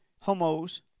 homos